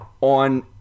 on